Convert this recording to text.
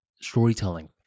storytelling